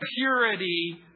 purity